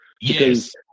Yes